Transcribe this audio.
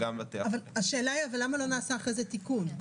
לכן חשוב שכן יהיה פה איזשהו דיפולט בחקיקה,